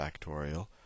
factorial